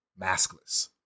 maskless